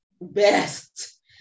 best